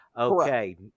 Okay